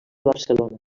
barcelona